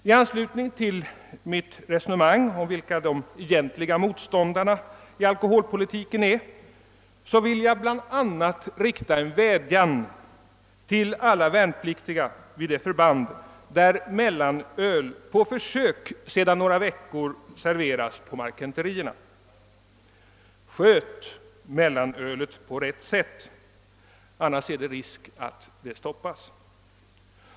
I anslutning till mitt resonemang om vilka de egentliga motståndarna till alkoholpolitiken är vill jag bl.a. rikta en vädjan till alla värnpliktiga vid de förband där mellanöl på försök sedan några veckor serveras på marketenterierna. Sköt mellanölet på rätt sätt, annars är det risk för att det stoppas!